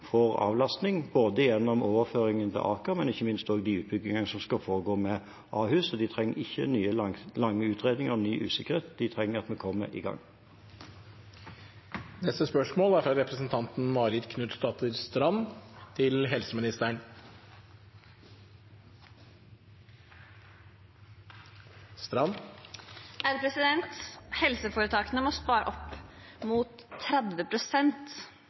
avlastning både gjennom overføringen til Aker og gjennom de utbyggingene som skal foregå med Ahus. De trenger ikke nye, lange utredninger og ny usikkerhet. De trenger at vi kommer i gang.